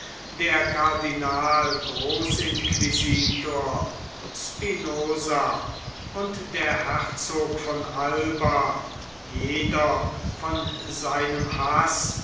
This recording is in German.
der cardinal großinquisitor spinosa und der herzog von alba jeder von seinem haß